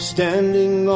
Standing